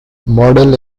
model